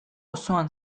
osoan